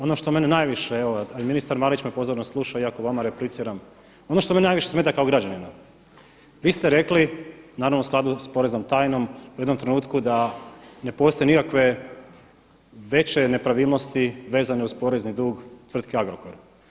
Ono što mene najviše evo, a i ministar Marić me pozorno sluša iako vama repliciram, ono što mene najviše smeta kao građanina, vi ste rekli naravno u skladu s poreznom tajnom u jednom trenutku da ne postoje nikakve veće nepravilnosti vezane uz porezni dug tvrtke Agrokor.